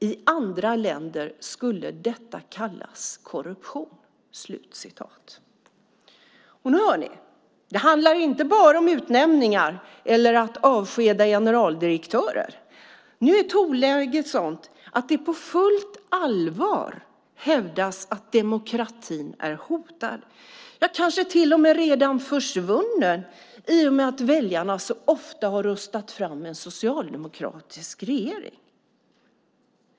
I andra länder skulle detta kallas korruption." Det handlar inte bara om utnämningar eller att avskeda generaldirektörer. Nu är tonläget sådant att det på fullt allvar hävdas att demokratin är hotad, kanske till och med redan försvunnen, i och med att väljarna så ofta har röstat fram en socialdemokratisk regering.